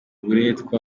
uburetwa